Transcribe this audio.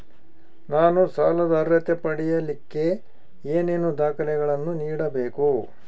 ನಾನು ಸಾಲದ ಅರ್ಹತೆ ಪಡಿಲಿಕ್ಕೆ ಏನೇನು ದಾಖಲೆಗಳನ್ನ ನೇಡಬೇಕು?